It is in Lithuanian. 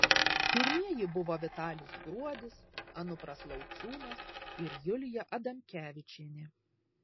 pirmieji buvo vitalis gruodis anupras lauciūnas ir julija adamkevičienė